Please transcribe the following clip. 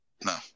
No